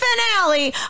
finale